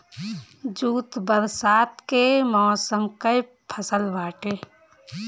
jute बरसात के मौसम कअ फसल बाटे